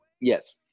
Yes